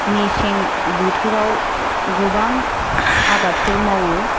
मेसें बोथोराव गोबां आबादफोर मावो